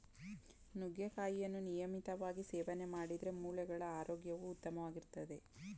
ನುಗ್ಗೆಕಾಯಿಯನ್ನು ನಿಯಮಿತವಾಗಿ ಸೇವನೆ ಮಾಡಿದ್ರೆ ಮೂಳೆಗಳ ಆರೋಗ್ಯವು ಉತ್ತಮವಾಗಿರ್ತದೆ